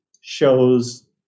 shows